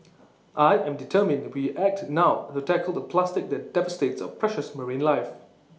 I am determined we act now to tackle the plastic that devastates our precious marine life